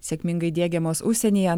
sėkmingai diegiamos užsienyje